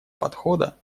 подхода